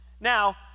Now